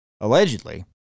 Allegedly